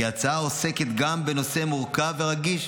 כי ההצעה עוסקת גם בנושא מורכב ורגיש,